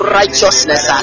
righteousness